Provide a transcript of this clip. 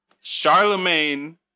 Charlemagne